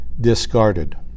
discarded